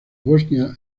bosnia